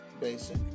basic